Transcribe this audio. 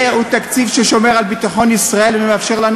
זה תקציב ששומר על ביטחון ישראל ומאפשר לנו